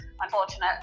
unfortunate